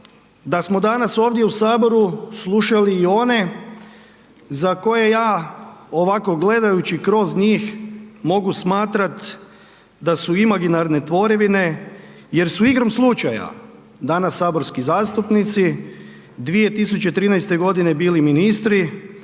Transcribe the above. da smo danas ovdje u saboru slušali i one za koje ja ovako gledajući kroz njih mogu smatrati da su imaginarne tvorevine jer su igrom slučaja danas saborski zastupnici 2013.g. bili ministri,